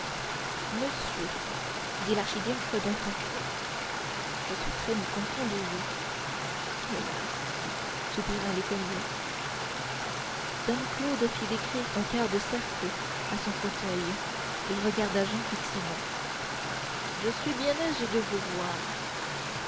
monsieur dit l'archidiacre d'un ton froid je suis très mécontent de vous hélas soupira l'écolier dom claude fit décrire un quart de cercle à son fauteuil et regarda jehan fixement je suis bien aise de vous voir